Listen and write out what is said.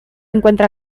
encuentra